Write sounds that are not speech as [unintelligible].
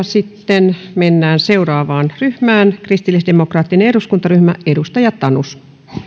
[unintelligible] sitten mennään seuraavaan ryhmään kristillisdemokraattinen eduskuntaryhmä edustaja tanus